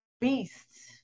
beasts